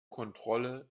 kontrolle